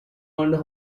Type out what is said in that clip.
owned